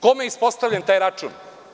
Kome je ispostavljen taj račun?